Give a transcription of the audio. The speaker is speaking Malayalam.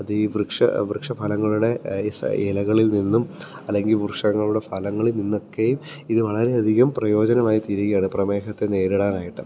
അത് ഈ വൃക്ഷഫലങ്ങളുടെ ഇലകളിൽ നിന്നും അല്ലെങ്കിൽ വൃക്ഷങ്ങളുടെ ഫലങ്ങളിൽ നിന്നൊക്കെയും ഇത് വളരെയധികം പ്രയോജനമായി തീരുകയാണ് പ്രമേഹത്തെ നേരിടാനായിട്ട്